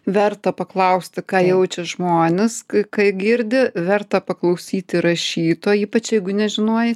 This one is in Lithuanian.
verta paklausti ką jaučia žmonės kai girdi verta paklausyt įrašyto ypač jeigu nežinojai